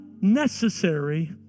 necessary